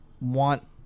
want